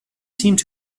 seemed